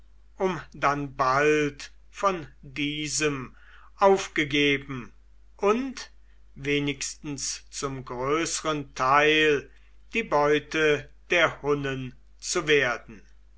um dann bald von diesem aufgegeben und wenigstens zum größeren teil die beute der hunnen zu werden